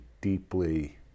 deeply